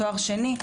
שני.